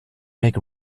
make